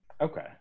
Okay